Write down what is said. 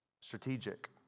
strategic